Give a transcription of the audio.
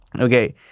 okay